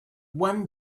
one